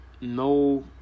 no